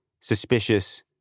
suspicious